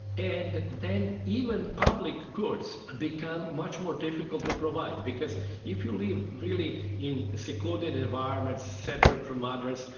and then even public goods become much more difficult to provide. because if you live really in a secluded environment, separate from others,